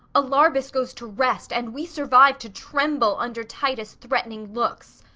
alarbus goes to rest, and we survive to tremble under titus' threat'ning look.